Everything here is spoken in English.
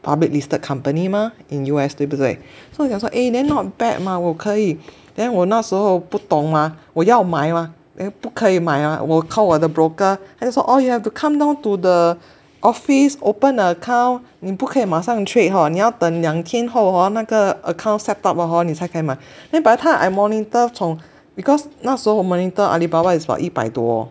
public listed company mah in U_S 对不对所以我讲说 eh then not bad mah 我可以 then 我那时候不懂嘛我要买嘛 then 不可以买啊我靠我的 broker then 说 you have to come down to the office open account 你不可以马上去 hor 你要等两天后 hor 那个 account set up 了 hor 你才可以买 then by the time I monitor 从 because 那时候我 monitor Alibaba is about 一百多